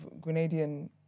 Grenadian